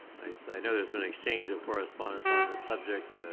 i know there's going to exchange of correspondents on this subject,